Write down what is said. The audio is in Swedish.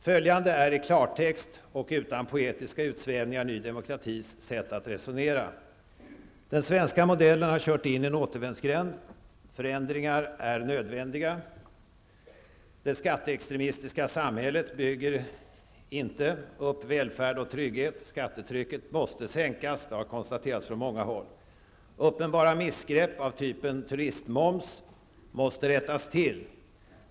Följande är i klartext och utan poetiska utsvävningar ny demokratis sätt att resonera. Den svenska modellen har kört in i en återvändsgränd. Förändringar är nödvändiga. Det skatteextremistiska samhället bygger inte upp välfärd och trygghet. Skattetrycket måste sänkas -- det har konstaterats från många håll. Uppenbara missgrepp av typen turistmoms måste rättas till.